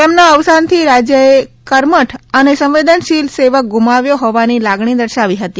તેમના અવસાનથી રાજયએ કર્મઠ અને સંવેદનશીલ સેવક ગુમાવ્યો હોવાની લાગણી દર્શાવી હતી